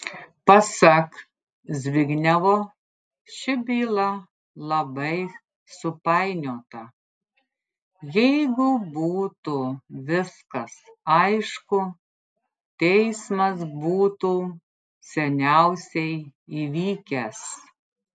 pasak zbignevo ši byla labai supainiota jeigu būtų viskas aišku teismas būtų seniausiai įvykęs